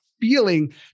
feeling